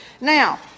Now